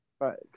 Right